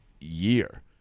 year